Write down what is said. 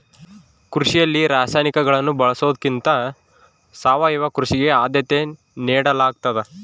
ಕೃಷಿಯಲ್ಲಿ ರಾಸಾಯನಿಕಗಳನ್ನು ಬಳಸೊದಕ್ಕಿಂತ ಸಾವಯವ ಕೃಷಿಗೆ ಆದ್ಯತೆ ನೇಡಲಾಗ್ತದ